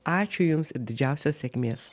ačiū jums ir didžiausios sėkmės